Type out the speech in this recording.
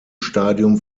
stadium